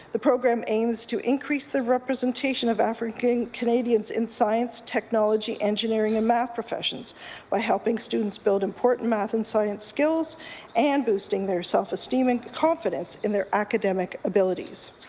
the program aims to increase the representation of african canadians in science, technology, engineering and math professions by helping students build important math and science skills and boosting their self-esteem and confidence in their academic abilities.